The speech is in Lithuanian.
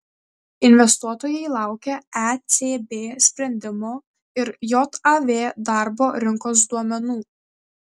investuotojai laukia ecb sprendimo ir jav darbo rinkos duomenų